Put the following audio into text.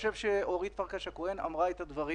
אורית פרקש הכהן אמרה את הדברים